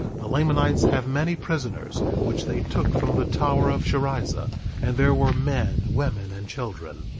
the lamanites have many prisoners, which they took from the tower of sherrizah and there were men, women, and children.